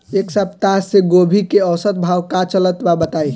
एक सप्ताह से गोभी के औसत भाव का चलत बा बताई?